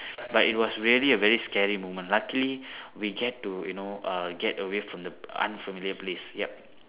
but it was really a very scary moment luckily we get to you know err get away from the unfamiliar place yup